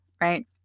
right